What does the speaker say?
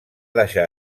deixar